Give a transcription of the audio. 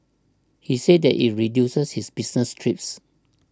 he said that it reduces his business trips